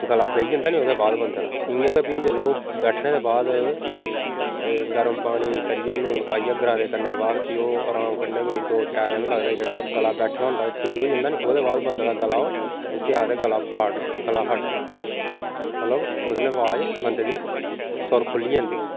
गला बेही जन्दा न ओह्दे बाद बन्दे दा इयां गै फ्ही जेल्लै ओह् बैठने दे बाद गर्म पानी करियै लून पाइयै गरारे करने दे बाद फ्ही ओह् अराम कन्नै कोई दो त्रै दिन लगदे छड़ा गला बैठे दा होंदा ते ठीक होई जंदा न ओह्दे बाद बन्दे दा गला ओह् उसी आखदे गला फाड़ना गला फट्टना मतलब ओह्दे कन्नै अवाज बन्दे दी सोर खुल्ली जंदी